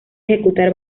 ejecutar